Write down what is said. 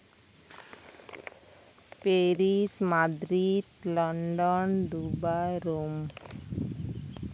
Paris Madrid London Dubai Rome